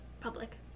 public